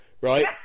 Right